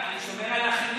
אני שומר על אחרים.